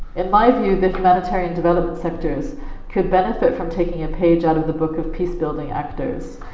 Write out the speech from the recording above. in my view the humanitarian development sectors could benefit from taking a page out of the book of peacebuilding actors.